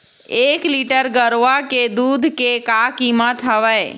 एक लीटर गरवा के दूध के का कीमत हवए?